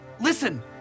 listen